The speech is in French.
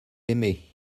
aimé